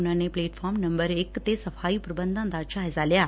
ਉਨਾਂ ਨੇ platform number ਇਕ ਤੇ ਸਫਾਈ ਪ੍ਰਬੰਧਾਂ ਦਾ ਜਾਇਜਾ ਲਿਆ